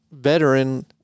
veteran